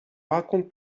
raconte